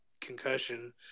concussion